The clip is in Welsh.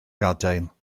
gadael